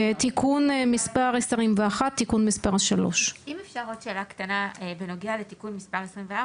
תיקון מס' 21 תיקון מס' 3. אם אפשר עוד שאלה קטנה בנוגע לתיקון מספר 24,